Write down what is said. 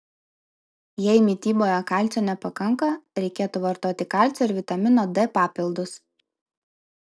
jei mityboje kalcio nepakanka reikėtų vartoti kalcio ir vitamino d papildus